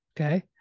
Okay